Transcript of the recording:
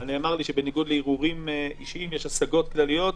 אבל נאמר לי שבניגוד לערעורים אישיים יש השגות כלליות.